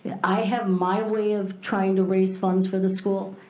i have my way of trying to raise funds for the school,